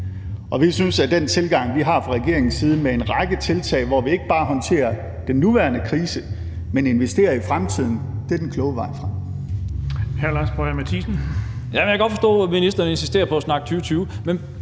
Og vi synes, at den tilgang, vi har fra regeringens side, med en række tiltag, hvor vi ikke bare håndterer den nuværende krise, men investerer i fremtiden, er den kloge vej frem. Kl. 16:51 Den fg. formand (Erling Bonnesen): Hr. Lars Boje